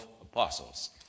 apostles